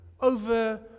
over